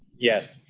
yes.